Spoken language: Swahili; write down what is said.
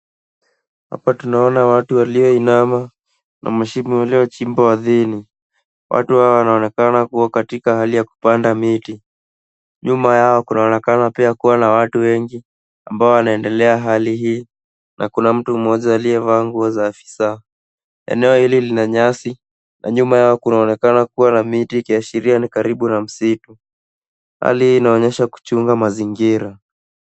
Hapa tunaona watu walioinama na mashimo yaliyochimbwa ardhini. Watu hawa wanaonekanaa kuwa katika hali ya kupanda miti. Nyuma yao kunaonekana pia kuwa na watu wengi ambao wanaendelea hali na kuna mtu mmoja aliyevaa nguo za afisa. Eneo hili lina nyasi na nyuma yao kunaonekena kuwa na miti ikiashiria ni karibu na msitu. Hali hii inaonyesha kuchunga mazingira.